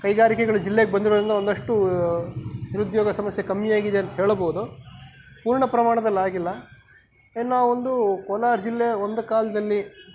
ಕೈಗಾರಿಕೆಗಳು ಜಿಲ್ಲೆಗೆ ಬಂದಿರೋದರಿಂದ ಒಂದಷ್ಟು ನಿರುದ್ಯೋಗ ಸಮಸ್ಯೆ ಕಮ್ಮಿಯಾಗಿದೆ ಅಂತ ಹೇಳಬಹ್ದು ಪೂರ್ಣ ಪ್ರಮಾಣದಲ್ಲಾಗಿಲ್ಲ ಇನ್ನೂ ಒಂದು ಕೋಲಾರ ಜಿಲ್ಲೆ ಒಂದು ಕಾಲದಲ್ಲಿ